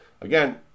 Again